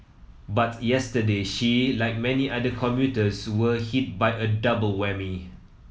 but yesterday she like many other commuters were hit by a double whammy